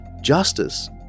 Justice